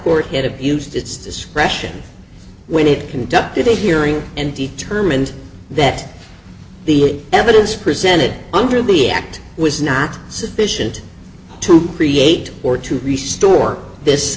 had abused its discretion when it conducted a hearing and determined that the evidence presented under the act was not sufficient to create or to resort this